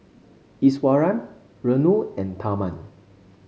Iswaran Renu and Tharman